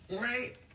Right